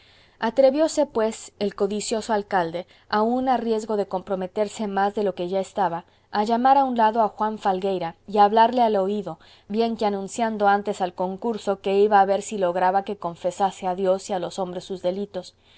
atrevióse pues el codicioso alcalde aun a riesgo de comprometerse más de lo que ya estaba a llamar a un lado a juan falgueira y a hablarle al oído bien que anunciando antes al concurso que iba a ver si lograba que confesase a dios y a los hombres sus delitos